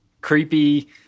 creepy